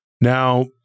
Now